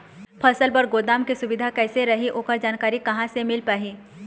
फसल बर गोदाम के सुविधा कैसे रही ओकर जानकारी कहा से मिल पाही?